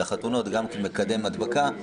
אלא חתונות מקדם הדבקה,